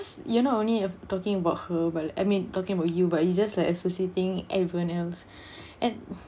you're not only talking about her but I mean talking about you but it's just like associating everyone else and